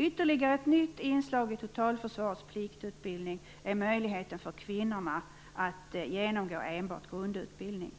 Ytterligare ett nytt inslag i totalförsvarspliktutbildningen är möjligheten för kvinnor att genomgå enbart grundutbildning.